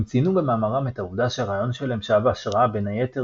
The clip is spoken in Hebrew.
הם ציינו במאמרם את העובדה שהרעיון שלהם שאב השראה בין היתר